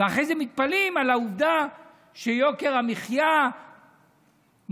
ואחרי זה מתפלאים על העובדה שיוקר המחיה נוסק.